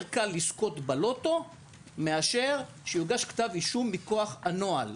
לזכות בלוטו מאשר שיוגש כתב אישום מכוח הנוהל.